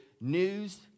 news